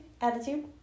Attitude